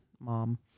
mom